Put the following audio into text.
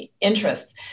interests